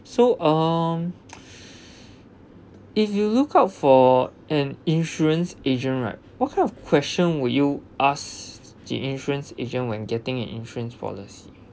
so um if you look out for an insurance agent right what kind of question would you ask the insurance agent when getting an insurance policy